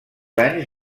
anys